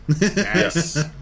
yes